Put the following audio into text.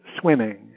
swimming